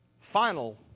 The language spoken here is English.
final